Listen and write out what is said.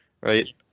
right